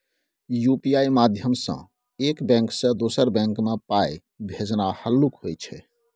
UPI माध्यमसँ एक bank सँ दोसर बैंक मे पाइ भेजनाइ हल्लुक होइ छै